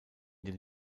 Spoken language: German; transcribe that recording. den